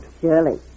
Surely